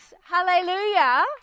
Hallelujah